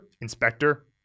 Inspector